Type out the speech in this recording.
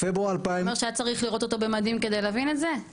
זה אומר שהיה צריך לראות אותו במדים כדי להבין את זה?